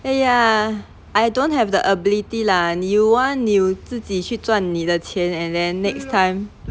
!aiya! I don't have the ability lah you want you 自己去赚你的钱 and then next time